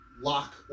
lock